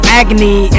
agony